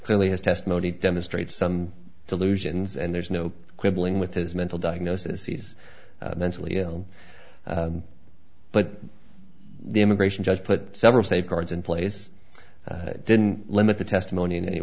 clearly his testimony demonstrates some delusions and there's no quibbling with his mental diagnosis he's mentally ill but the immigration judge put several safeguards in place that didn't limit the testimony in any